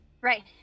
Right